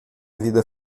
vida